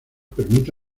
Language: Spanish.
permite